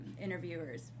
interviewer's